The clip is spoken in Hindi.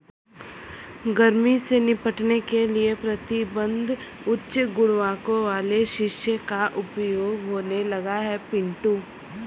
गर्मी से निपटने के लिए प्रतिबिंब उच्च गुणांक वाले शीशे का प्रयोग होने लगा है पिंटू